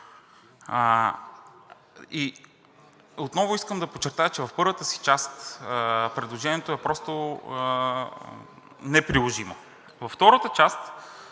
Отново искам да подчертая, че в първата си част предложението е просто неприложимо.